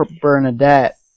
Bernadette